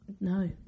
No